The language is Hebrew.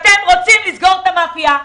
תגידו אתם רוצים לסגור את המאפייה.